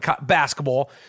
basketball